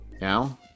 Now